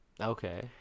Okay